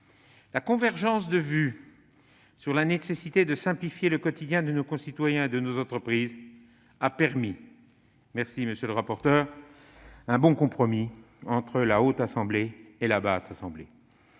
La convergence de vue sur la nécessité de simplifier le quotidien de nos concitoyens et de nos entreprises a permis- merci, monsieur le rapporteur -de parvenir à un bon compromis entre la Haute Assemblée et l'Assemblée